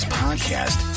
podcast